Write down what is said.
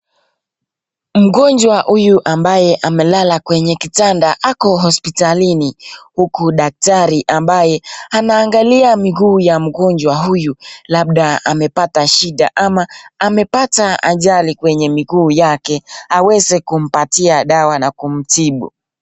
Mgonjwa huyu ambaye amelala kwenye kitanda ako hospitalini huku daktari ambaye ana angalia miguu ya mgonjwa huyu labda amepata shida ama amepta ajali kwenye miguu yake aweze kumpatia dawa na kumtibu.